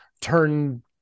turn